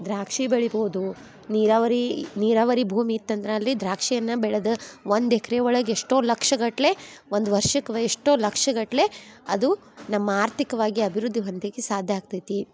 ದ್ರಾಕ್ಷಿ ಬೆಳಿಬೋದು ನೀರಾವರಿ ನೀರಾವರಿ ಭೂಮಿ ಇತ್ತಂದ್ರೆ ಅಲ್ಲಿ ದ್ರಾಕ್ಷಿಯನ್ನ ಬೆಳದ ಒಂದು ಎಕ್ರೆ ಒಳಗೆ ಎಷ್ಟೋ ಲಕ್ಷಗಟ್ಲೆ ಒಂದು ವರ್ಷಕ್ಕೆ ಎಷ್ಟೋ ಲಕ್ಷಗಟ್ಲೆ ಅದು ನಮ್ಮ ಆರ್ಥಿಕ್ವಾಗಿ ಅಭಿವೃದ್ಧಿ ಹೊಂದಲಿಕ್ಕೆ ಸಾಧ್ಯ ಆಗ್ತೈತಿ